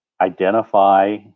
identify